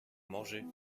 manger